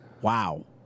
Wow